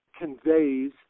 conveys